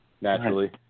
naturally